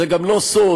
זה גם לא סוד